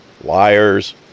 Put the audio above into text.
Liars